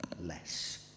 less